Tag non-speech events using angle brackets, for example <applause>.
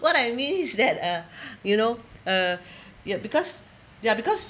what I mean is that uh <breath> you know uh <breath> ya because ya because